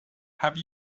have